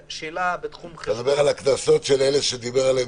מדבר על הקנסות של אלו שנוסעים